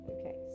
okay